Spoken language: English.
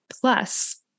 Plus